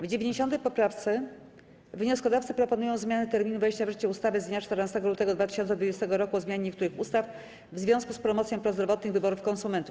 W 90. poprawce wnioskodawcy proponują zmianę terminu wejścia w życie ustawy z dnia 14 lutego 2020 r. o zmianie niektórych ustaw w związku z promocją prozdrowotnych wyborów konsumentów.